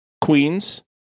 Queens